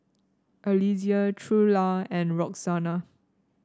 Eliezer Trula and Roxana